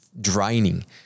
draining